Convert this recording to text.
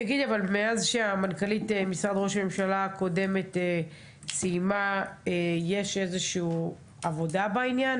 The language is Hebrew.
מאז שמנכ"לית משרד ראש הממשלה הקודמת סיימה יש איזה שהיא עבודה בעניין?